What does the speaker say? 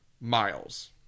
Miles